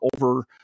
over